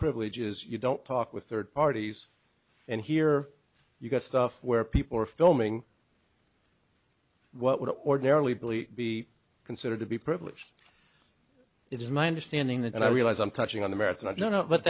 privileges you don't talk with third parties and here you've got stuff where people are filming what would ordinarily billy be considered to be privileged it is my understanding and i realize i'm touching on the merits and i don't know but